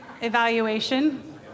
evaluation